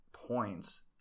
Points